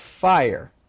fire